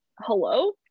Hello